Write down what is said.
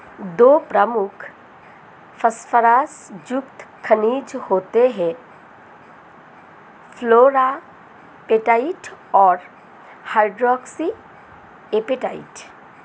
दो प्रमुख फॉस्फोरस युक्त खनिज होते हैं, फ्लोरापेटाइट और हाइड्रोक्सी एपेटाइट